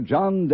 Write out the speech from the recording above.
John